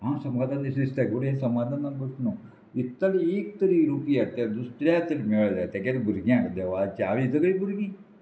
हांव समाधान विश दिसता गोंय समाधान कश्ट न्हू इतली एक तरी युरपी आसा त्या दुसऱ्या तर मेळ जाय तेगेर भुरग्यांक देवळाच्या आवडी सगळीं भुरगीं